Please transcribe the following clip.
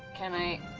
can i